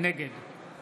נגד